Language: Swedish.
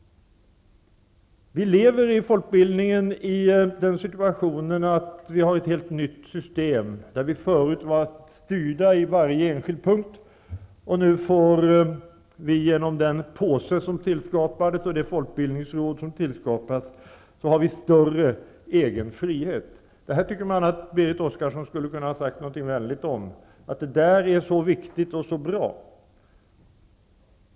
Vi lever inom folkbildningen i den situationen att vi har ett helt nytt system. Tidigare har vi varit styrda på varje enskild punkt, men nu får vi genom den påse och det folkbildningsråd som tillkommit en större egen frihet. Jag tycker att Berit Oscarsson skulle ha kunnat säga något vänligt om det, att detta är viktigt och bra.